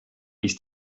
ist